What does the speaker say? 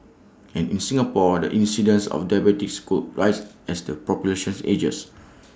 and in Singapore the incidence of diabetes could rise as the population ages